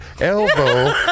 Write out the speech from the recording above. elbow